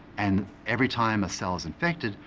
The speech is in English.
and every time a cell is infected,